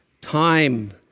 Time